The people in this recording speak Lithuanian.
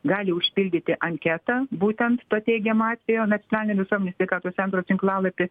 gali užpildyti anketą būtent to teigiamo atvejo nacionalinio visuomenės sveikatos centro tinklalapy